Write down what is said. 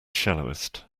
shallowest